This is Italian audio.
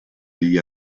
degli